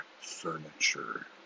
Furniture